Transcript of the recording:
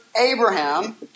Abraham